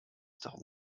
darum